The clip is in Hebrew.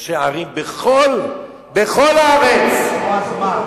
ראשי ערים בכל הארץ, נו, אז מה?